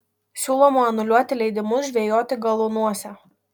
siūloma anuliuoti leidimus žvejoti galuonuose